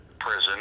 prison